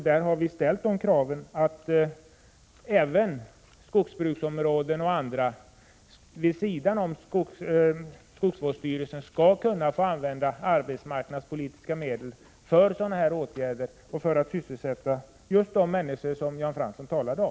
Där ställer vi det kravet att man även inom skogsbruksområden, vid sidan av skogsvårdsstyrelserna, skall få använda arbetsmarknadspolitiska medel för sådana åtgärder och för att sysselsätta de människor som Jan Fransson talade om.